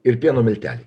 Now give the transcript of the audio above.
ir pieno milteliai